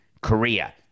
Korea